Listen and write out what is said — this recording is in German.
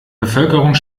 bevölkerung